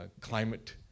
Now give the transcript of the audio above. climate